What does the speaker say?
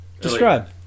Describe